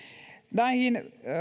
näihin